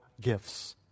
gifts